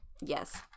yes